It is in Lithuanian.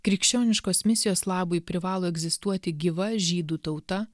krikščioniškos misijos labui privalo egzistuoti gyva žydų tauta